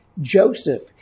Joseph